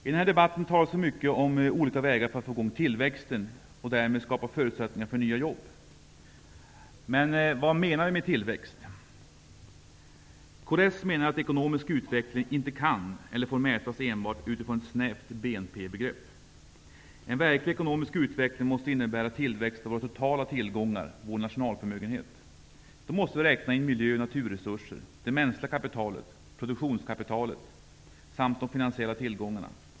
I denna debatt talas det mycket om olika vägar för att få i gång tillväxten och därmed skapa förutsättningar för nya jobb. Men vad menar vi med tillväxt? Kds menar att ekonomisk utveckling inte kan eller får mätas enbart utifrån ett snävt BNP-begrepp. En verklig ekonomisk utveckling måste innebära tillväxt av våra totala tillgångar, vår nationalförmögenhet. Då måste vi räkna in miljö och naturresurser, det mänskliga kapitalet, produktionskapitalet samt de finansiella tillgångarna.